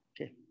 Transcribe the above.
Okay